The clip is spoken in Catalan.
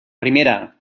primera